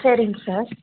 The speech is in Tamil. சரிங்க சார்